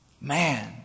Man